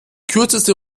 kürzeste